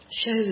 shows